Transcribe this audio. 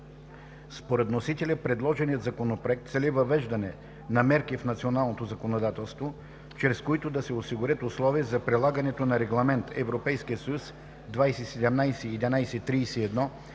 Според вносителя предложеният законопроект цели въвеждане на мерки в националното законодателство, чрез които да се осигурят условия за прилагането на Регламент (ЕС) 2017/1131